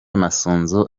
masunzu